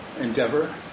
endeavor